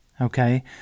okay